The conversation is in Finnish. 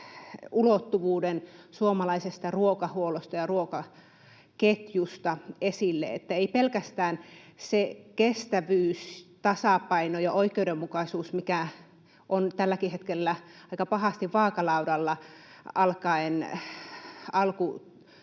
ulottuvuuden suomalaisesta ruokahuollosta ja ruokaketjusta esille. Eivät pelkästään kestävyys, tasapaino ja oikeudenmukaisuus ole tällä hetkellä aika pahasti vaakalaudalla alkaen